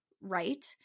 right